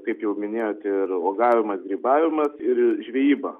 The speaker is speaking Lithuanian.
kaip jau minėjote ir uogavimas grybavimas ir žvejyba